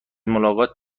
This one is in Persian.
ملاقات